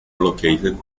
located